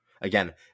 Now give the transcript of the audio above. Again